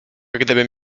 gdybym